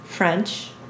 French